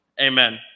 Amen